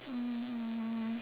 um